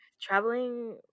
Traveling